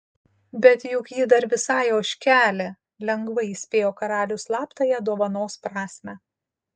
bet juk ji dar visai ožkelė lengvai įspėjo karalius slaptąją dovanos prasmę